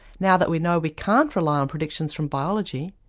now that we know we can't rely on predictions from biology,